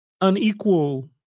unequal